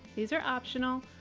these are optional,